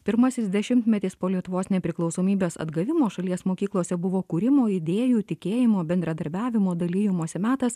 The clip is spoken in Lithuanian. pirmasis dešimtmetis po lietuvos nepriklausomybės atgavimo šalies mokyklose buvo kūrimo idėjų tikėjimo bendradarbiavimo dalijimosi metas